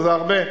וזה הרבה.